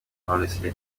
knowless